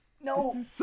No